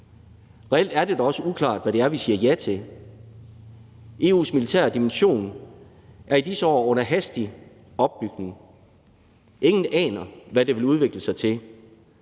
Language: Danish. Reelt er det da også uklart, hvad det er, vi siger ja til. EU's militære dimension er i disse år under hastig opbygning, ingen aner, hvad det vil udvikle sig til.